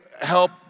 help